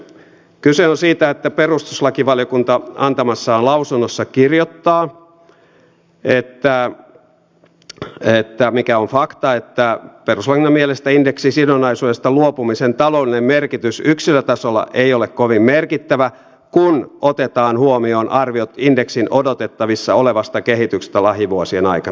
kyse on siitä että perustuslakivaliokunta antamassaan lausunnossa kirjoittaa mikä on fakta että sen mielestä indeksisidonnaisuudesta luopumisen taloudellinen merkitys yksilötasolla ei ole kovin merkittävä kun otetaan huomioon arviot indeksin odotettavissa olevasta kehityksestä lähivuosien aikana